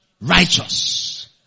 Righteous